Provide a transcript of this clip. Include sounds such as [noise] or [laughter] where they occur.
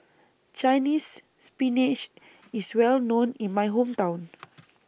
Chinese Spinach IS Well known in My Hometown [noise]